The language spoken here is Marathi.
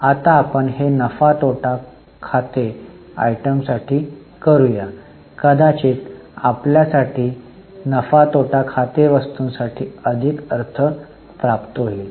आता आपण हे नफा तोटा खातेआयटमसाठी करू या कदाचित आपल्यासाठी नफा तोटा खातेवस्तूंसाठी अधिक अर्थ प्राप्त होईल